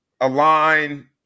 align